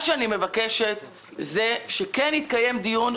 אני מבקשת שיתקיים דיון,